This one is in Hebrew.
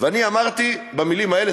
ואני אמרתי במילים האלה,